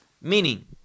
meaning